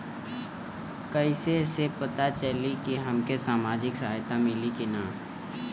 कइसे से पता चली की हमके सामाजिक सहायता मिली की ना?